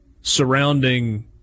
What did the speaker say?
surrounding